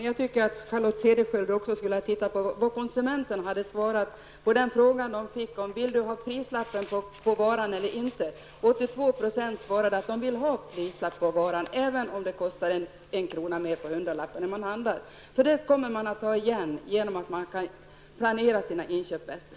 Herr talman! Jag tycker Charlotte Cederschiöld också skulle ha tittat på vad konsumenterna svarat på frågan de fick: Vill du ha prislapp på varan eller inte? 82 % svarade att de vill ha prislapp, även om det kostar en krona mer per hundralapp. Det tar man igen genom att kunna planera sina inköp bättre.